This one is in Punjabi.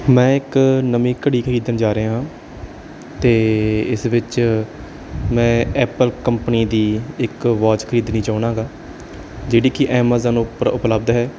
ਮੈਂ ਇੱਕ ਨਵੀਂ ਘੜੀ ਖਰੀਦਣ ਜਾ ਰਿਹਾ ਅਤੇ ਇਸ ਵਿੱਚ ਮੈਂ ਐਪਲ ਕੰਪਨੀ ਦੀ ਇੱਕ ਵਾਚ ਖਰੀਦਣੀ ਚਾਹੁੰਦਾ ਗਾ ਜਿਹੜੀ ਕਿ ਐਮਾਜ਼ਾਨ ਉੱਪਰ ਉਪਲਬਧ ਹੈ